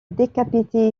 décapité